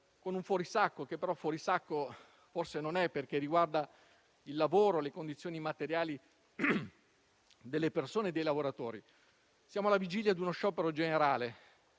Siamo alla vigilia di uno sciopero generale